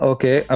Okay